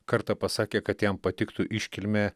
kartą pasakė kad jam patiktų iškilmė